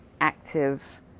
active